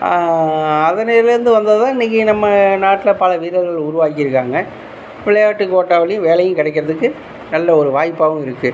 அதனைலேருந்து வந்தது தான் இன்றைக்கி நம்ம நாட்டில் பல வீரர்கள உருவாக்கியிருக்காங்க விளையாட்டுக் கோட்டாவுலேயும் வேலையும் கிடைக்கிறதுக்கு நல்ல ஒரு வாய்ப்பாகவும் இருக்குது